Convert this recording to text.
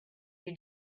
you